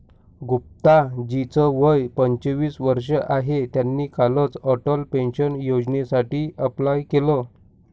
गुप्ता जी च वय पंचवीस वर्ष आहे, त्यांनी कालच अटल पेन्शन योजनेसाठी अप्लाय केलं